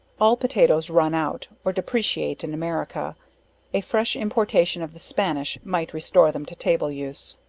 all potatoes run out, or depreciate in america a fresh importation of the spanish might restore them to table use.